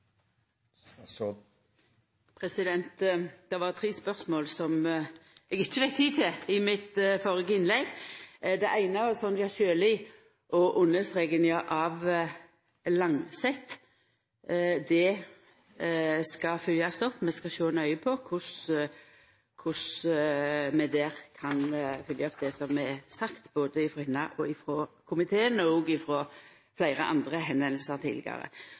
til i mitt førre innlegg. Det eine gjaldt Sonja Sjøli og understrekinga av Langset. Det skal følgjast opp. Vi skal sjå nøye på korleis vi der kan følgja opp det som er sagt både frå henne og frå komiteen, og i fleire andre